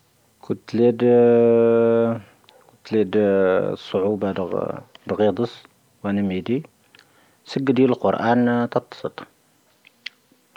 ʁⴽⵓⵜⵍⵉⴷ ʁⵙⵓⴰʁ ⴱⴰⴷⴰ ʁⴳⵀⴻⵉⴷⵓⵙ ʁⴰⵏⵉⵎⵉⴷⵉ ʁⵙⵉⴱⴳⴰⴷⵉ ʁⵇoⵔāⵏ ʁⵜⴰⵜʃⴰⵜ.